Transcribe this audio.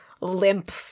limp